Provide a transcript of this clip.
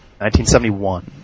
1971